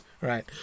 right